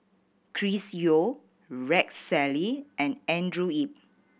Chris Yeo Rex Shelley and Andrew Yip